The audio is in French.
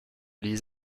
des